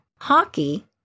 hockey